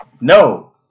No